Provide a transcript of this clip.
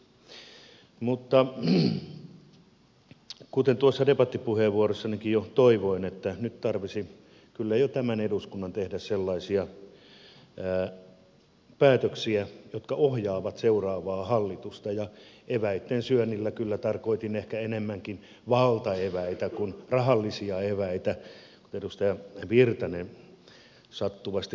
mutta kuten tuossa debattipuheenvuorossanikin jo toivoin niin nyt tarvitsisi kyllä jo tämän eduskunnan tehdä sellaisia päätöksiä jotka ohjaavat seuraavaa hallitusta ja eväitten syönnillä kyllä tarkoitin ehkä enemmänkin valtaeväitä kuin rahallisia eväitä kuten edustaja virtanen sattuvasti lohkaisi